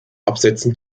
absetzen